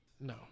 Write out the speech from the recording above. No